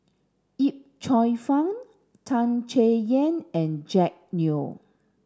Yip Cheong Fun Tan Chay Yan and Jack Neo